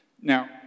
Now